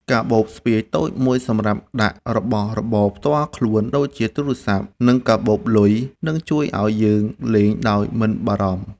កាបូបស្ពាយតូចមួយសម្រាប់ដាក់របស់របរផ្ទាល់ខ្លួនដូចជាទូរស័ព្ទ និងកាបូបលុយនឹងជួយឱ្យយើងលេងដោយមិនបារម្ភ។